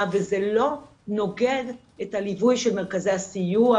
וזה לא נוגד את הליווי של מרכזי הסיוע,